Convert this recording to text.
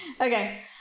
Okay